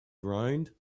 ground